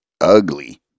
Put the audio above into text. ugly